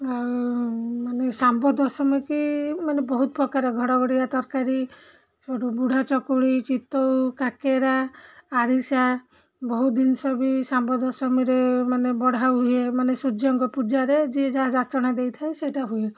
ଆଉ ମାନେ ସାମ୍ବଦଶମୀ କି ମାନେ ବହୁତ ପ୍ରକାର ଘଡ଼ଘଡ଼ିଆ ତରକାରୀ ସେଠୁ ବୁଢ଼ା ଚକୁଳି ଚିତଉ କାକେରା ଆରିସା ବହୁତ ଜିନିଷ ବି ସାମ୍ବଦଶମୀରେ ମାନେ ବଢ଼ା ହୁଏ ମାନେ ସୂର୍ଯ୍ୟଙ୍କ ପୂଜାରେ ଯିଏ ଯାହା ଜାଚଣା ଦେଇଥାଏ ସେଇଟା ହୁଏ